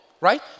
right